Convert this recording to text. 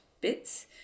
bits